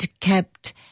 kept